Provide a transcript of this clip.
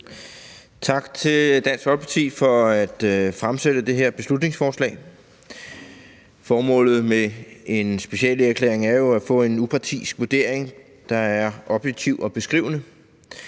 Tak til Dansk Folkeparti for at fremsætte det her beslutningsforslag. Formålet med en speciallægeerklæring er jo at få en upartisk vurdering, der er objektiv og beskrivende.